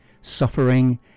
suffering